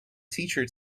teacher